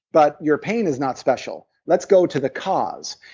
but your pain is not special. let's go to the cause.